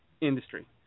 industry